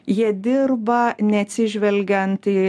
jie dirba neatsižvelgiant į